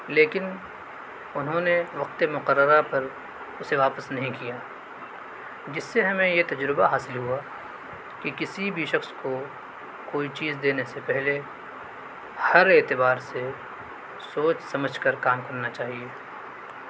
لیکن انہوں نے وقت مقررہ پر اسے واپس نہیں کیا جس سے ہمیں یہ تجربہ حاصل ہوا کہ کسی بھی شخص کو کوئی چیز دینے سے پہلے ہر اعتبار سے سوچ سمجھ کر کام کرنا چاہیے